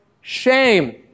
shame